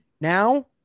Now